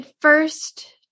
first